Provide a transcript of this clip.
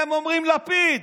הם אומרים לפיד,